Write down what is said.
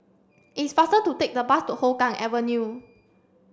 it's faster to take the bus to Hougang Avenue